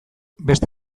beste